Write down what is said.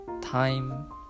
time